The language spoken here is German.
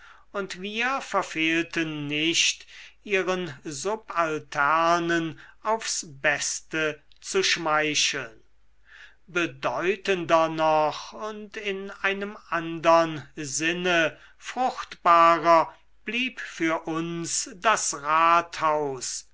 und wir verfehlten nicht ihren subalternen aufs beste zu schmeicheln bedeutender noch und in einem andern sinne fruchtbarer blieb für uns das rathaus